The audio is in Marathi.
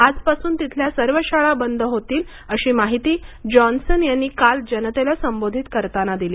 आजपासून तिथल्या सर्व शाळा बंद होतील अशी माहिती जॉन्सन यांनी काल जनतेला संबोधित करताना दिली